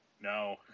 No